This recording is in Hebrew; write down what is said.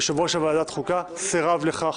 יושב-ראש ועדת החוקה סירב לכך.